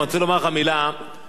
המראות הקשים שראינו,